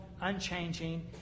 unchanging